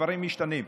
דברים משתנים.